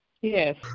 Yes